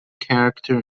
character